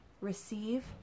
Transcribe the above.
receive